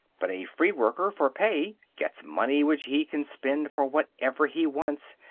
but a free worker for pay gets money which he can spend for whatever he wants,